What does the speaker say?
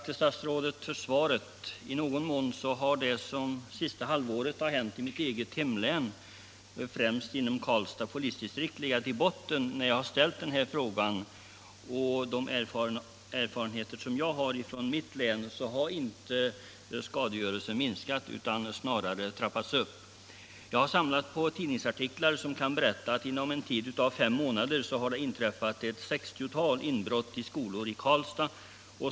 I någon mån har det som under det senaste halvåret hänt i mitt eget hemlän, främst inom Karlstads polisdistrikt, legat till grund för frågan. Enligt erfarenheterna från mitt län har inte skadegörelsen minskat utan snarare ökat. Jag har samlat på tidningsartiklar som kan berätta att det inom en tid av fem månader har inträffat ett 60-tal inbrott i skolor i Karlstad.